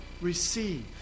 receive